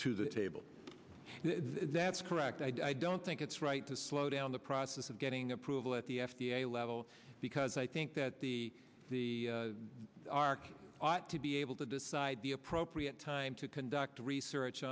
to the table that's correct i don't think it's right to slow down the process of getting approval at the f d a level because i think that the the arctic ought to be able to decide the appropriate time to conduct research